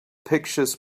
pictures